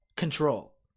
Control